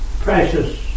precious